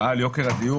מחאה על יוקר הדיור,